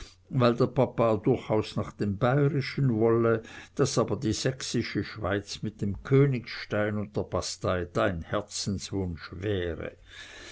weil der papa durchaus nach dem bayrischen wolle daß aber die sächsische schweiz mit dem königstein und der bastei dein herzenswunsch wäre